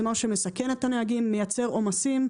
זה משהו שמסכן את הנהגים, מייצר עומסים,